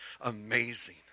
amazing